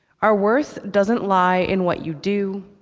our worth doesn't lie in what you do,